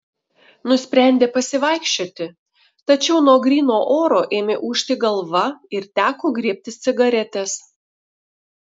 nusprendė pasivaikščioti tačiau nuo gryno oro ėmė ūžti galva ir teko griebtis cigaretės